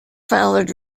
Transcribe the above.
followed